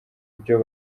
ibyo